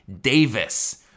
Davis